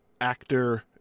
actor